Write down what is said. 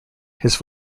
his